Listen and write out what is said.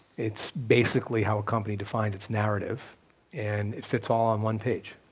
it's basically how a company defines its narrative and it fits all on one page.